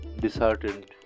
disheartened